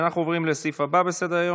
אנחנו עוברים לסעיף הבא בסדר-היום,